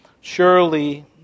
Surely